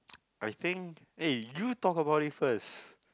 I think eh you talk about it first